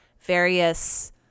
various